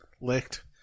Licked